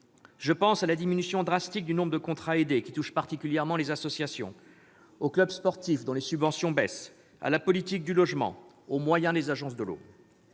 Je pense à la diminution drastique du nombre de contrats aidés qui touche particulièrement les associations, aux clubs sportifs dont les subventions baissent, à la politique du logement, aux moyens des agences de l'eau.